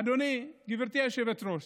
אדוני, גברתי היושבת-ראש,